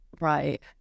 right